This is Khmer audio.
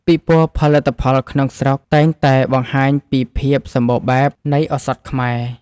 ពិព័រណ៍ផលិតផលក្នុងស្រុកតែងតែបង្ហាញពីភាពសម្បូរបែបនៃឱសថខ្មែរ។